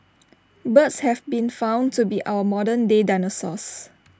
birds have been found to be our modern day dinosaurs